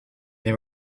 they